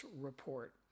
report